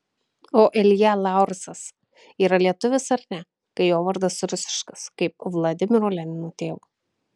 o ilja laursas yra lietuvis ar ne kai jo vardas rusiškas kaip vladimiro lenino tėvo